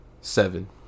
seven